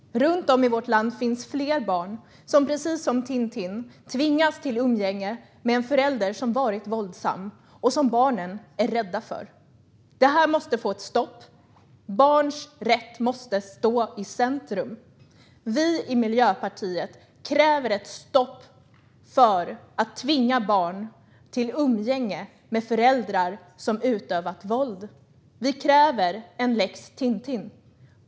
Runt om i vårt land finns fler barn som precis som Tintin tvingas till umgänge med en förälder som varit våldsam och som barnen är rädda för. Det här måste få ett stopp. Barns rätt måste stå i centrum. Vi i Miljöpartiet kräver ett stopp för att tvinga barn till umgänge med föräldrar som utövat våld. Vi kräver en lex Tintin.